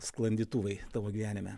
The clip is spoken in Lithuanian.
sklandytuvai tavo gyvenime